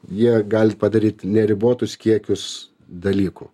jie gali padaryti neribotus kiekius dalykų